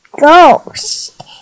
ghost